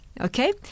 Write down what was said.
okay